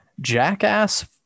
Jackass